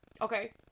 okay